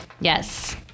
Yes